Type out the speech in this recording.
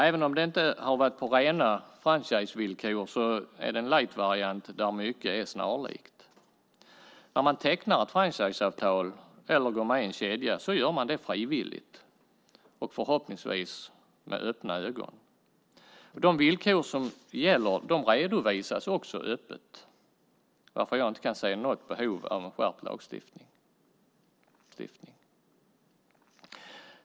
Det har inte varit rena franchisevillkor, men en lightvariant där mycket är snarlikt. När man tecknar ett franchiseavtal eller går med i en kedja gör man det frivilligt och förhoppningsvis med öppna ögon. De villkor som gäller redovisas också öppet, varför jag inte kan se något behov av en skärpt lagstiftning. Herr talman!